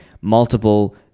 multiple